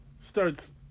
starts